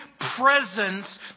Presence